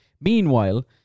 Meanwhile